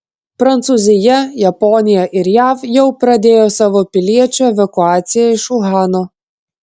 prancūzija japonija ir jav jau pradėjo savo piliečių evakuaciją iš uhano